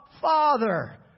Father